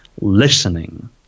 listening